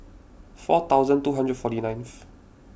four thousand two hundred forty ninth